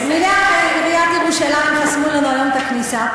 עיריית ירושלים חסמו לנו היום את הכניסה,